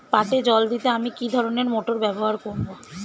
পাটে জল দিতে আমি কি ধরনের মোটর ব্যবহার করব?